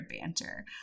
banter